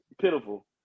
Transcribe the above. pitiful